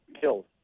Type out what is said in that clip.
killed